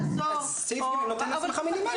לזו --- הסעיף נותן הסמכה מינימלית.